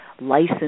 license